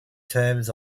terms